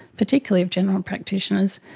particularly of general practitioners,